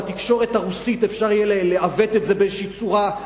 שבתקשורת הרוסית אפשר יהיה לעוות את זה באיזו צורה,